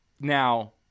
Now